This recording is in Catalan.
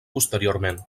posteriorment